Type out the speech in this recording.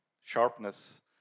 sharpness